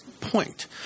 point